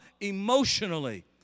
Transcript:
emotionally